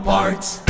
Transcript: Parts